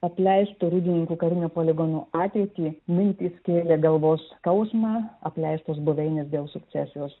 apleistą rūdininkų karinio poligono ateitį mintys kėlė galvos skausmą apleistos buveinės dėl sukcesijos